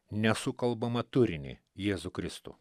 nesukalbamą turinį jėzų kristų